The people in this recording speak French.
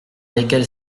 lesquels